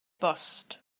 bost